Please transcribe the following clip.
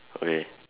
okay